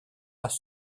pas